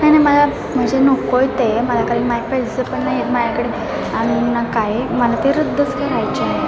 नाही नाही मला म्हणजे नको आहे ते मला कारण माय पैसे पण नाही आहेत माझ्याकडे आणि ना काय आहे मला ते रद्दच कारायचे आहे